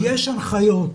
יש הנחיות,